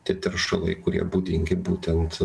tie teršalai kurie būdingi būtent